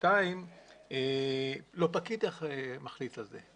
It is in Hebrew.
שניים, לא פקיד מחליט על זה.